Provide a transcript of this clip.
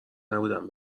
نبودم